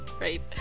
right